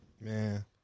Man